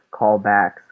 callbacks